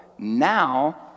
Now